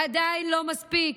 עדיין לא מספיק.